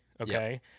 Okay